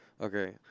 Okay